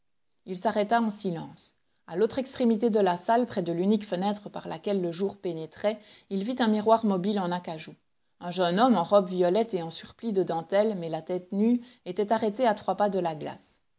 il s'arrêta en silence a l'autre extrémité de la salle près de l'unique fenêtre par laquelle le jour pénétrait il vit un miroir mobile en acajou un jeune homme en robe violette et en surplis de dentelle mais la tête nue était arrêté à trois pas de la glace